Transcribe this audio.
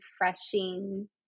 refreshing